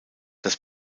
das